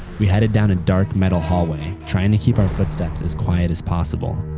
we headed down a dark metal hallway, trying to keep our footsteps as quiet as possible.